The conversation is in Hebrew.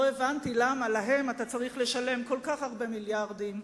לא הבנתי למה להם אתה צריך לשלם כל כך הרבה מיליארדים?